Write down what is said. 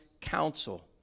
counsel